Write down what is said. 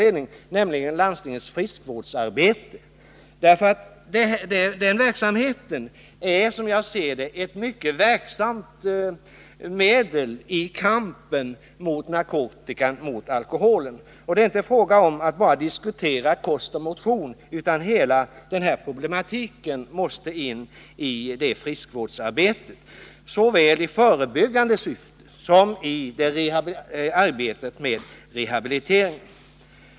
Den verksamheten utgör, som jag ser det, ett mycket verksamt medel i kampen mot alkohol och narkotika. Det är inte fråga om att bara diskutera kost och motion, utan hela problematiken måste in i detta friskvårdsarbete. Det gäller både att vidta åtgärder i förebyggande syfte och att arbeta med rehabilitering.